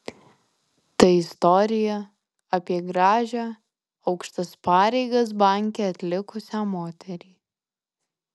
tai istorija apie gražią aukštas pareigas banke atlikusią moterį